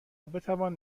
بتوان